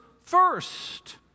first